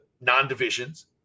non-divisions